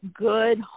good